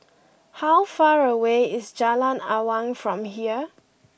how far away is Jalan Awang from here